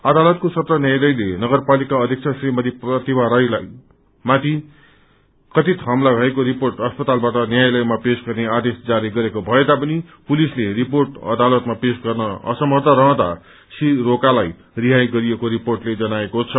अदालतको सत्र न्यायालयले नगरपालिका अध्यक्ष श्रीमती प्रतिभा राई तामाङ माथि कथित हमला भएको रिपोर्ट अस्पतालबाट न्यायालयमा पेश गर्ने आदेश जारी गरेको भए तापनि पुलिसले रिपोर्ट अदालतमा पेश गर्न असमर्थ रहँदा श्री रोकालाई रिहाई गरेको रिपोर्टले जनाएको छ